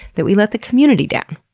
that we let the community down.